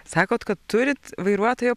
sakot kad turit vairuotojo